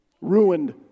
Ruined